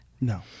No